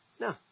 no